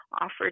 offered